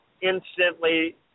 instantly